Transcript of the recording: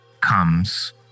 comes